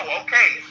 okay